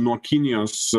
nuo kinijos